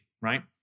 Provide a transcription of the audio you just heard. right